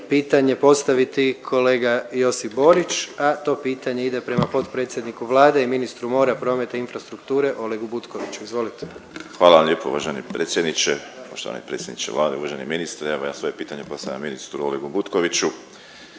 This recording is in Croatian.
pitanje postaviti kolega Josip Borić, a to pitanje ide prema potpredsjedniku Vlade i ministru mora, prometa i infrastrukture Olegu Butkoviću. Izvolite. **Borić, Josip (HDZ)** Hvala vam lijepo uvaženi predsjedniče, poštovani predsjedniče Vlade, uvaženi ministre. Evo ja svoje pitanje postavljam ministru Olegu Butkoviću,